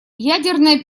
ядерная